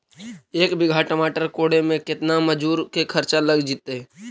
एक बिघा टमाटर कोड़े मे केतना मजुर के खर्चा लग जितै?